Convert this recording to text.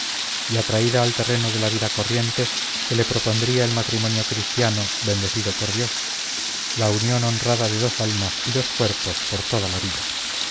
y atraída al terreno de la vida corriente se le propondría el matrimonio cristiano bendecido por dios la unión honrada de dos almas y dos cuerpos por toda la vida